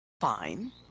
fine